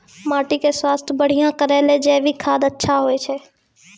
माटी के स्वास्थ्य बढ़िया करै ले जैविक खाद अच्छा होय छै?